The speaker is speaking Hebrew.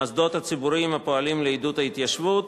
(מוסדות ציבוריים הפועלים לעידוד ההתיישבות).